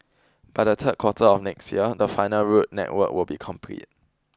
by the third quarter of next year the final road network will be complete